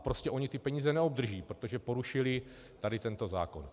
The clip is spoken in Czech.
Prostě oni ty peníze neobdrží, protože porušili tento zákon.